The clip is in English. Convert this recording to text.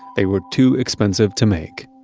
they were too expensive to make,